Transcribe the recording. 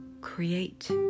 create